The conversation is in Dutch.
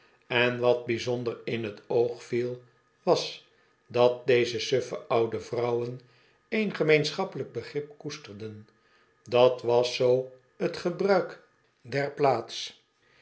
en wat bijzonder in t oog viel was dat dezo suffe oude vrouwen één gemeenschappelijk begrip koesterden dat was zoo t gebruik deiplaats